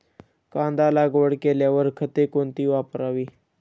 कांदा लागवड केल्यावर खते कोणती वापरावी?